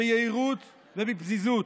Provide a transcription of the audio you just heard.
ביהירות ובפזיזות.